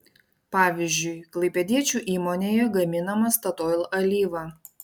pavyzdžiui klaipėdiečių įmonėje gaminama statoil alyva